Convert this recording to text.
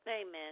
Amen